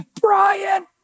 Brian